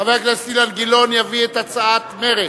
חבר הכנסת אילן גילאון יביא את הצעת מרצ.